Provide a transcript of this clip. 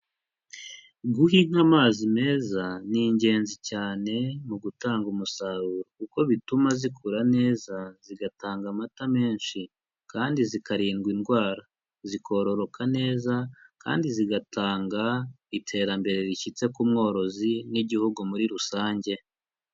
Guha inka amazi meza ni ingenzi cyane mu gutanga umusaruro. Kuko bituma zikura neza zigatanga amata menshi. Kandi zikarindwa indwara. Zikororoka neza kandi zigatanga iterambere rishyitse ku mworozi n'Igihugu muri rusange.